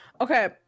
Okay